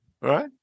Right